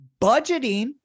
budgeting